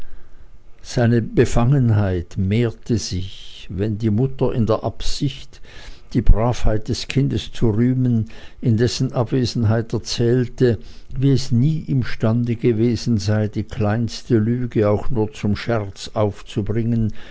seine befangenheit mehrte sich wenn die mutter in der absicht die bravheit des kindes zu rühmen in dessen abwesenheit erzählte wie es nie imstande gewesen sei die kleinste lüge auch nur zum scherz aufzubringen